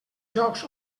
jocs